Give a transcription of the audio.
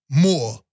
more